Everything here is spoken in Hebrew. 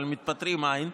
אבל מתפטרים אין.